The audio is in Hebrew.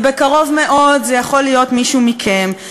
ובקרוב מאוד זה יכול להיות מישהו מכם.